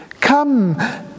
come